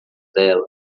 dela